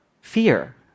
fear